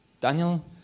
Daniel